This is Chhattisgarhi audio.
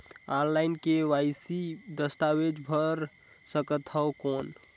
ऑनलाइन के.वाई.सी दस्तावेज भर सकथन कौन?